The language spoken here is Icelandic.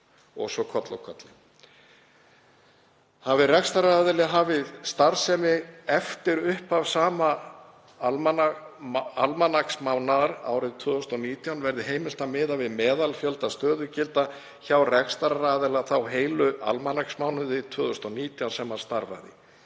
og svo koll af kolli. Hafi rekstraraðili hafið starfsemi eftir upphaf sama almanaksmánaðar árið 2019 verði heimilt að miða við meðalfjölda stöðugilda hjá rekstraraðila þá heilu almanaksmánuði 2019 sem hann starfaði.